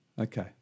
okay